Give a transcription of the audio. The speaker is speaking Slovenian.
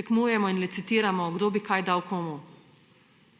tekmujemo in licitiramo, kdo bi kaj dal komu.